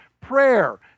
prayer